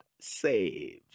Saved